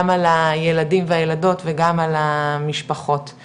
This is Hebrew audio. על הילדים והילדות וגם על המשפחות.